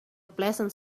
pleasant